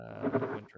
Winter